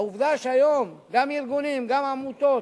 העובדה שהיום גם ארגונים, גם עמותות